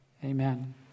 Amen